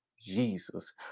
Jesus